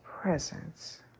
presence